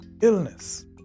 illness